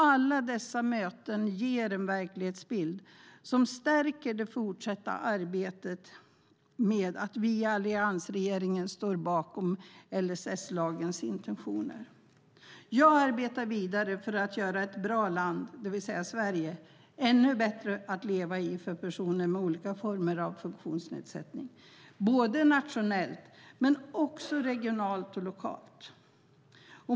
Alla dessa möten ger en verklighetsbild som stärker det fortsatta arbetet, och vi i alliansregeringen står bakom intentionerna i LSS. Jag arbetar vidare för att göra ett bra land, det vill säga Sverige, ännu bättre att leva i för personer med olika former av funktionsnedsättning, både nationellt och regionalt och lokalt.